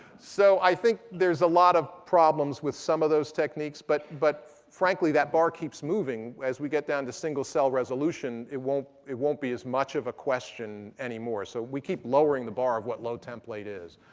so i think there's a lot of problems with some of those techniques. but but frankly, that bar keeps moving. as we get down to single cell resolution, it won't it won't be as much of a question anymore. so we keep lowering the bar of what low template is.